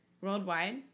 Worldwide